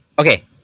Okay